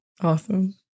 Awesome